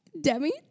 Demi